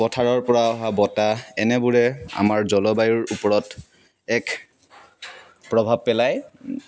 পথাৰৰ পৰা অহা বতাহ এনেবোৰে আমাৰ জলবায়ুৰ ওপৰত এক প্ৰভাৱ পেলায়